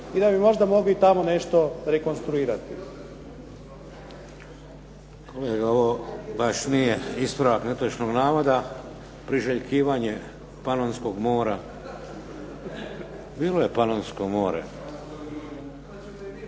i da bi možda mogli tamo nešto rekonstruirati.